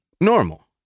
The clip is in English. normal